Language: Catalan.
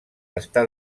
està